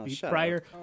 Prior